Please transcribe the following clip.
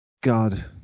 God